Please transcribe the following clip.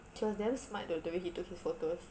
he was damn smart though the way he took his photos